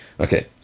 Okay